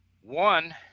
one